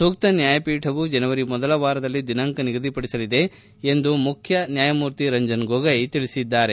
ಸೂಕ್ತ ನ್ನಾಯಪೀಠವು ಜನವರಿ ಮೊದಲ ವಾರದಲ್ಲಿ ದಿನಾಂಕ ನಿಗದಿಪಡಿಸಲಿದೆ ಎಂದು ಮುಖ್ಯ ನ್ಯಾಯಮೂರ್ತಿ ರಂಜನ್ ಗೊಗೋಯ್ ತಿಳಿಸಿದ್ದಾರೆ